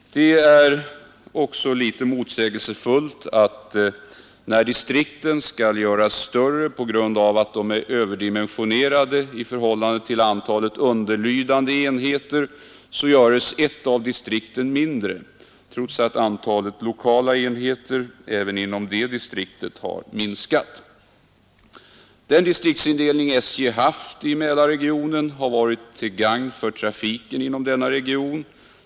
Det är också litet motsägelsefullt att när distrikten skall göras större på grund av att deras regionala organ är överdimensionerade i förhållande till antalet underlydande enheter, så görs ett av distrikten mindre trots att antalet lokala enheter även inom det distriktet har minskat. Den distriktsindelning SJ har haft i Mälarregionen har varit till gagn för trafiken inom denna region.